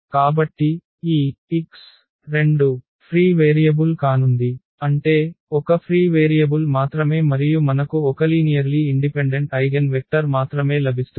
కాబట్టి ఈ x2 free variable కానుంది అంటే ఒక ఫ్రీ వేరియబుల్ మాత్రమే మరియు మనకు ఒకలీనియర్లీ ఇండిపెండెంట్ ఐగెన్వెక్టర్ మాత్రమే లభిస్తుంది